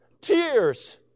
Tears